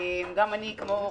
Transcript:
גם אני, כמו חברתי,